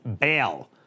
bail